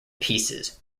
pieces